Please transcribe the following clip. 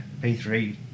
P3